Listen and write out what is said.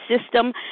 system